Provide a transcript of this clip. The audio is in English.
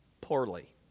poorly